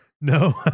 No